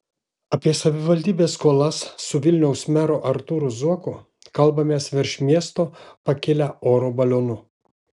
apie savivaldybės skolas su vilniaus meru artūru zuoku kalbamės virš miesto pakilę oro balionu